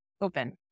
open